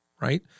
right